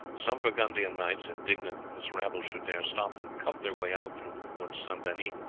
some burgundian knights, indignant this rabble should dare stop them, cut their way out through the port st. denis,